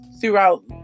throughout